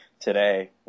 today